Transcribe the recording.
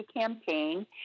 Campaign